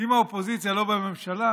שאם האופוזיציה לא בממשלה